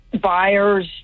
buyers